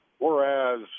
Whereas